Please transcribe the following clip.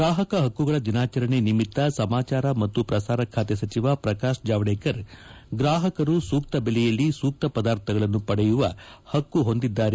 ಗ್ರಾಹಕ ಹಕ್ಕುಗಳ ದಿನಾಚರಣೆ ನಿಮಿತ್ತ ಸಮಾಚಾರ ಮತ್ತು ಪ್ರಸಾರ ಖಾತೆ ಸಚಿವ ಪ್ರಕಾಶ್ ಜಾವಡೇಕರ್ ಗ್ರಾಹಕರು ಸೂಕ್ತ ಬೆಲೆಯಲ್ಲಿ ಸೂಕ್ತ ಪದಾರ್ಥಗಳನ್ನು ಪಡೆಯುವ ಹಕ್ಕು ಹೊಂದಿದ್ದಾರೆ ಎಂದು ಒತ್ತಿ ಹೇಳಿದ್ದಾರೆ